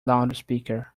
loudspeaker